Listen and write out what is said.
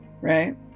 right